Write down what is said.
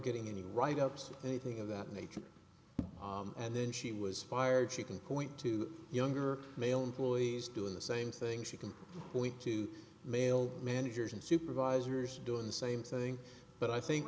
getting any write ups or anything of that nature and then she was fired she can point to younger male employees doing the same things you can point to male managers and supervisors doing the same thing but i think